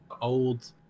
old